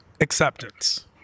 acceptance